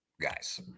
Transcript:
guys